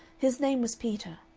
his name was peter.